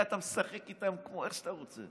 הרי אתה משחק איתם איך שאתה רוצה.